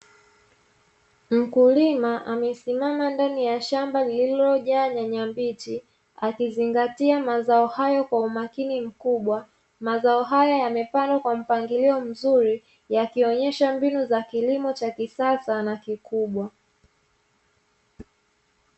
Mkulima amesimama ndani ya shamba, lililojaa nyanya mbichi akizingatia mazao hayo kwa umakini mkubwa, mazao haya yamepandwa kwa mpangilio mzuri, yakionyesha mbinu za kilimo cha kisasa na kikubwa.